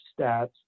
stats